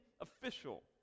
official